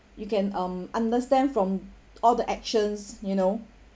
you can um understand from all the actions you know